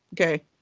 okay